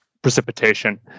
precipitation